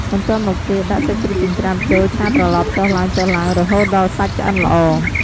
បន្ទាប់មកទៀត ដាក់សាច់ជ្រូកចិញ្ច្រាំចូល ឆាត្រឡប់ចុះឡើងៗ រហូតដល់សាច់ឆ្អិនល្អ ។